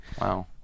Wow